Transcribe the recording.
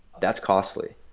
that's costly.